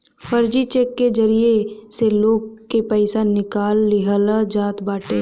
फर्जी चेक के जरिया से लोग के पईसा निकाल लिहल जात बाटे